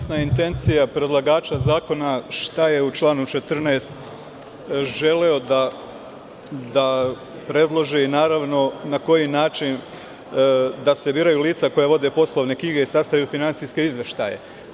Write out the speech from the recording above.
Jasna je intencija predlagača zakona šta je u članu 14. želeo da predloži i na koji način da se biraju lica koja vode poslovne knjige i sastavljaju finansijske izveštaje.